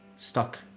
stuck